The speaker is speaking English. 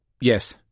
Yes